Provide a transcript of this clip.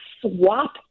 swap